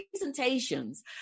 presentations